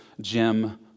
Jim